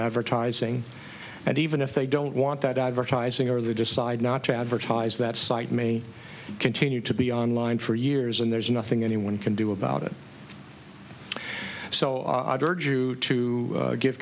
advertising and even if they don't want that advertising or they decide not to advertise that site may continue to be online for years and there's nothing anyone can do about it so to give